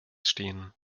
stehen